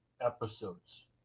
episodes